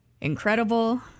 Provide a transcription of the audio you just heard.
incredible